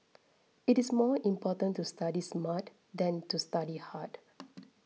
it is more important to study smart than to study hard